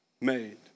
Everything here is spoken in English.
made